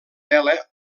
tela